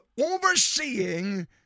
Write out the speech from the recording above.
overseeing